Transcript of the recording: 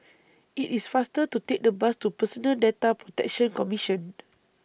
IT IS faster to Take The Bus to Personal Data Protection Commission